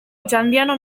otxandiano